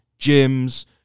gyms